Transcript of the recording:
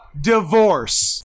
divorce